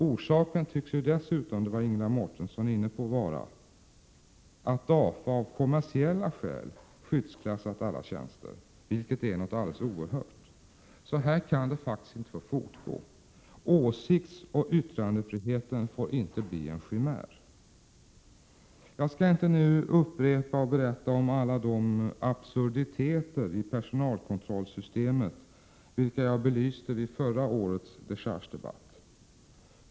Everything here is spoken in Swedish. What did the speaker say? Orsaken tycks dessutom, som Ingela Mårtensson var inne på, vara att DAFA av kommersiella skäl skyddsklassat alla tjänster, vilket är något alldeles oerhört. Så här kan det inte fortgå. Åsiktsoch yttrandefriheten får inte bli en chimär. Jag skall inte nu upprepa alla de absurditeter i personalkontrollsystemet vilka jag belyste vid förra årets dechargedebatt.